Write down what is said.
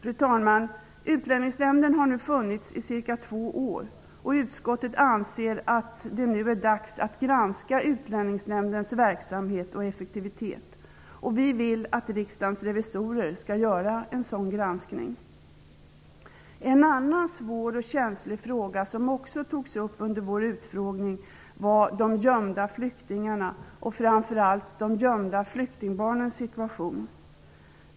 Utlänningsnämnden har nu funnits i cirka två år. Utskottet anser att det nu är dags att granska Utlänningsnämndens verksamhet och effektivitet. Vi vill att Riksdagens revisorer skall göra en sådan granskning. En annan svår och känslig fråga som också togs upp under vår utfrågning gällde de gömda flyktingarna och framför allt de gömda flyktingbarnens situation.